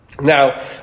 Now